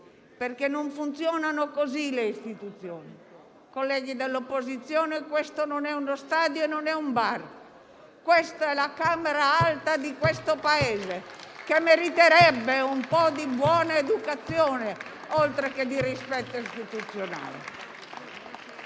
perché non funzionano così le istituzioni, colleghi dell'opposizione, e questo non è uno stadio né un bar, ma la Camera alta di questo Paese, che meriterebbe un po' di buona educazione, oltre che di rispetto istituzionale.